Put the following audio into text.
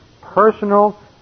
personal